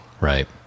Right